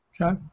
Okay